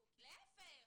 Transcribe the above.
להיפך.